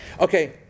Okay